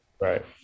Right